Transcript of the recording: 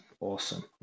awesome